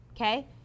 okay